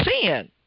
sin